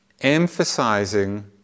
emphasizing